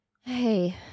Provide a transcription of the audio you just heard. Hey